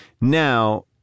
Now